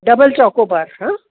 double chocobars हां